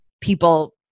people